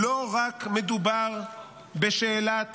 לא מדובר רק בשאלת